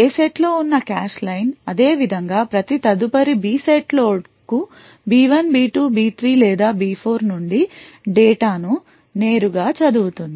A సెట్లో ఉన్న cache line అదేవిధంగా ప్రతి తదుపరి B సెట్ లోడ్ కు B1 B2 B3 లేదా B4 నుండి డేటా ను నేరుగా చదువుతుంది